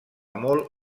molt